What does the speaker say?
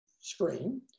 screen